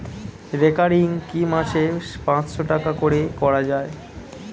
Recurring কি মাসে পাঁচশ টাকা করে করা যায়?